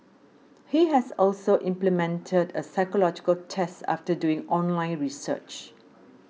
he has also implemented a psychological test after doing online research